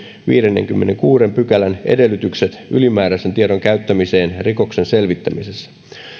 viidennenkymmenennenkuudennen pykälän edellytykset ylimääräisen tiedon käyttämisestä rikoksen selvittämisessä